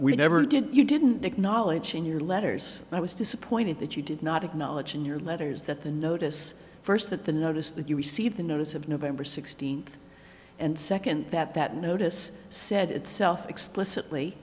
we never did you didn't acknowledge in your letters i was disappointed that you did not acknowledge in your letters that the notice first that the notice that you received the notice of november sixteenth and second that that notice said itself explicitly